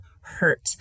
hurt